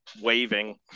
waving